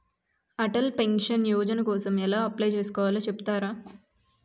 Atal pension Yojana కోసం ఎలా apply చేసుకోవాలో చెపుతారా?